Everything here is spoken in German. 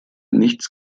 nichts